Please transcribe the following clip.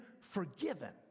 forgiven